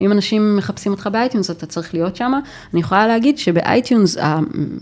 אם אנשים מחפשים אותך באייטיונס אתה צריך להיות שמה, אני יכולה להגיד שבאייטיונס